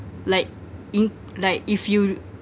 like in like if you